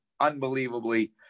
unbelievably